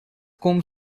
como